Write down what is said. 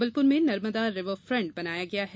जबलपुर में नर्मदा रिवरफ़ण्ट बनाया गया है